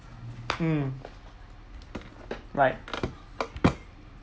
mm right